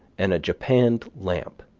and a japanned lamp.